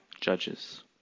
judges